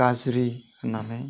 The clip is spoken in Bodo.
गाज्रि होन्नानै